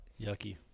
Yucky